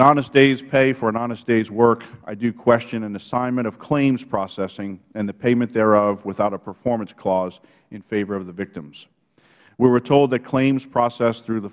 honest day's pay for an honest day's work i do question an assignment of claims processing and the payment thereof without a performance clause in favor of the victims we were told that claims processed through the